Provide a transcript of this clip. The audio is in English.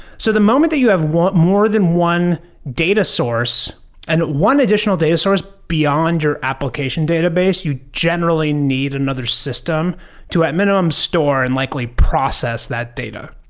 so the moment that you have more than one data source and one additional data source beyond your application database, you generally need another system to at minimum, store and likely process that data.